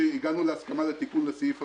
הגענו להסכמה לתיקון לסעיף הזה.